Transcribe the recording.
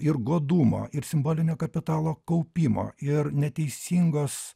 ir godumo ir simbolinio kapitalo kaupimo ir neteisingos